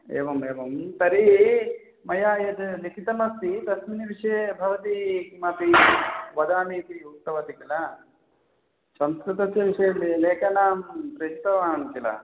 एवम् एवं तर्हि मया यत् लिखितम् अस्ति तस्मिन् विषये भवती किमपि वदामि इति उक्तवती किल संस्कृतस्य विषये लेखनं प्रेषितवान् किल